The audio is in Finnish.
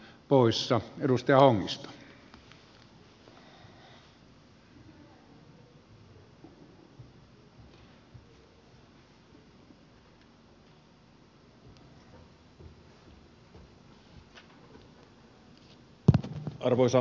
arvoisa herra puhemies